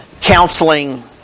counseling